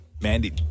Mandy